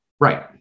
Right